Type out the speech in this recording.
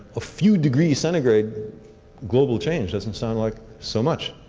a few degrees centigrade global change doesn't sound like so much.